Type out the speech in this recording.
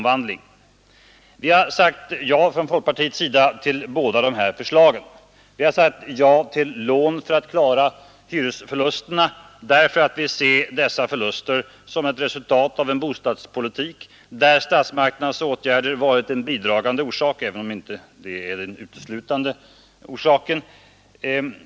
Vi har från folkpartiets sida sagt ja till båda förslagen. Vi har sagt ja till lån för att klara hyresförluster därför att vi ser dessa förluster som ett resultat av en bostadspolitik där statsmakternas åtgärder varit en bidragande orsak, även om det inte är den enda orsaken.